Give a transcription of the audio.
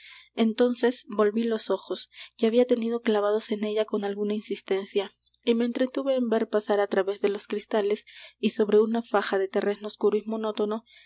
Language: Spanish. entonces volví los ojos que había tenido clavados en ella con alguna insistencia y me entretuve en ver pasar á través de los cristales y sobre una faja de terreno oscuro y monótono